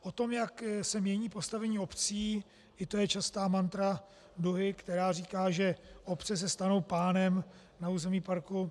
O tom, jak se mění postavení obcí, i to je častá mantra Duhy, která říká, že obce se stanou pánem na území parku.